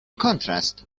contrast